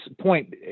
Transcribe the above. point